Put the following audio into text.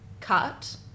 cut